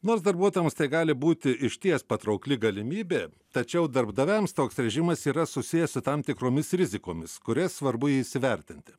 nors darbuotojams tai gali būti išties patraukli galimybė tačiau darbdaviams toks režimas yra susijęs tam tikromis rizikomis kurias svarbu įsivertinti